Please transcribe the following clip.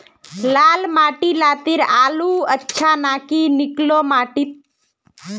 लाल माटी लात्तिर आलूर अच्छा ना की निकलो माटी त?